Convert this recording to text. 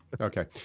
Okay